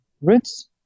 roots